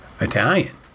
Italian